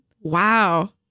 Wow